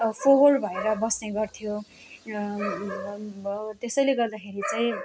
फोहोर भएर बस्नेगर्थ्यो र अब त्यसैले गर्दाखेरि चाहिँ